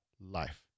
life